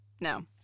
No